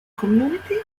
community